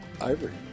ivory